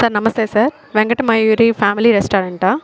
sir నమస్తే sir Venkatamayuri family రెస్టారెంటా